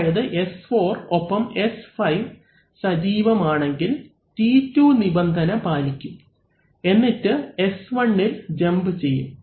അതായത് S4 ഒപ്പം S5 സജീവം ആണെങ്കിൽ T2 നിബന്ധന പാലിക്കും എന്നിട്ട് S1ഇൽ ജമ്പ് ചെയ്യും